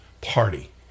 Party